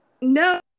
No